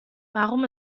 warum